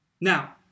Now